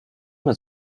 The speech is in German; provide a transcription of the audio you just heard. mehr